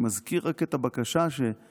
אני מזכיר רק את הבקשה ממך